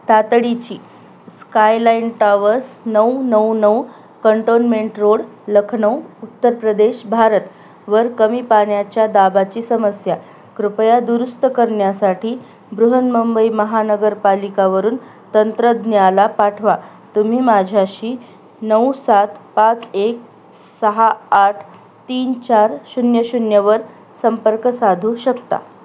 तातडीची skyline towers नऊ नऊ नऊ कंटोनमेंट रोड लखनऊ उत्तर प्रदेश भारत वर कमी पाण्याच्या दाबाची समस्या कृपया दुरुस्त करण्यासाठी बृहन्मुंबई महानगरपालिकेवरून तंत्रज्ञाला पाठवा तुम्ही माझ्याशी नऊ सात पाच एक सहा आठ तीन चार शून्य शून्यवर संपर्क साधू शकता